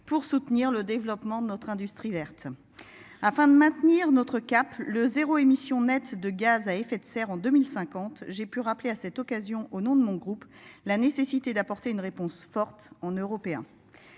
pour soutenir le développement de notre industrie verte. Afin de maintenir notre cap le zéro émission nette de gaz à effet de serre en 2050, j'ai pu rappeler à cette occasion au nom de mon groupe, la nécessité d'apporter une réponse forte on européen.